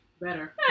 better